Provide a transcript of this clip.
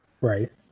Right